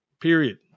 Period